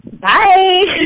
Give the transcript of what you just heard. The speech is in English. Bye